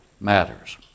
matters